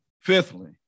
Fifthly